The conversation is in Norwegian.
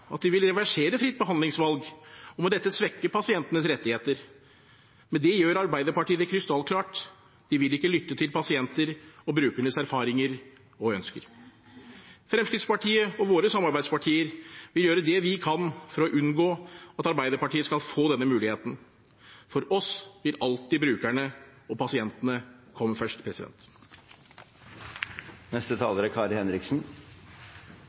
at de vil reversere fritt behandlingsvalg og med dette svekke pasientenes rettigheter. Med det gjør Arbeiderpartiet det krystallklart; de vil ikke lytte til pasienters og brukeres erfaringer og ønsker. Vi i Fremskrittspartiet og våre samarbeidspartier vil gjøre det vi kan for å unngå at Arbeiderpartiet skal få denne muligheten – for oss vil alltid brukerne og pasientene komme først.